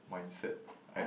mindset I